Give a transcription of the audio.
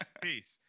Peace